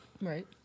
right